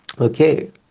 Okay